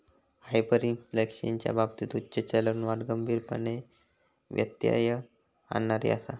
हायपरइन्फ्लेशनच्या बाबतीत उच्च चलनवाढ गंभीरपणे व्यत्यय आणणारी आसा